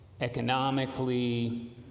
economically